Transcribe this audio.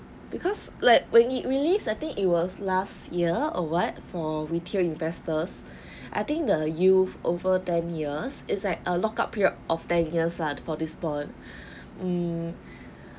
because like when it released I think it was last year or what for retail investors I think the youth over ten years is like a lockout period of ten years ah for this bond mm